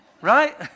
Right